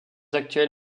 actuels